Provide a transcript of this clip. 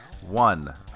One